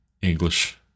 English